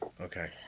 Okay